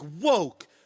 woke